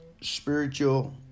spiritual